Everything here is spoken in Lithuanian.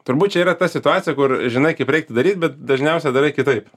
turbūt čia yra ta situacija kur žinai kaip reiktų daryt bet dažniausia darai kitaip